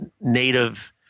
native